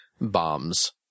bombs